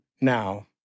now